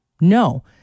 No